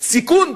סיכון,